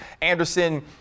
anderson